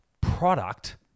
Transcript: product